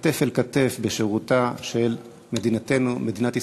כתף אל כתף בשירותה של מדינתנו, מדינת ישראל.